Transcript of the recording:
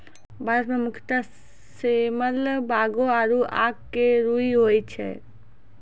भारत मं मुख्यतः सेमल, बांगो आरो आक के रूई होय छै